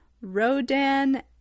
Rodan